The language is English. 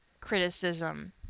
criticism